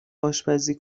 آشپزی